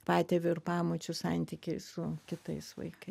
patėvių ir pamočių santykiai su kitais vaikais